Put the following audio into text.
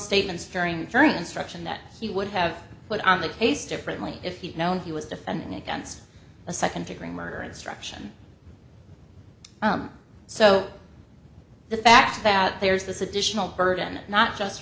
statements during the journey instruction that he would have put on the case differently if he'd known he was defending against a second degree murder instruction so the fact that there's this additional burden not just